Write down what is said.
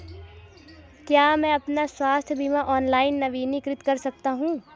क्या मैं अपना स्वास्थ्य बीमा ऑनलाइन नवीनीकृत कर सकता हूँ?